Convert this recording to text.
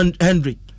Henry